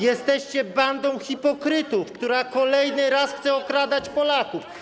Jesteście bandą hipokrytów, która kolejny raz chce okradać Polaków.